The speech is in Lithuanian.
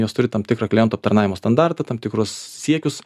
jos turi tam tikrą klientų aptarnavimo standartą tam tikrus siekius